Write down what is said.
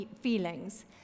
feelings